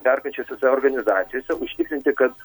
perkančiosiose organizacijose užtikrinti kad